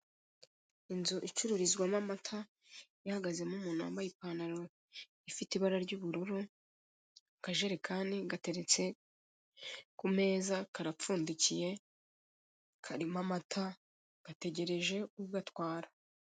Inzu icururizwamo amata ihagazemo umuntu wambaye ipantaro ifite ibara ry'ubururu, akajerekani gateretse ku meza karapfundikiye, karimo amata gategereje ugatwara.